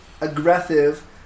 aggressive